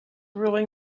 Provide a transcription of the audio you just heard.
really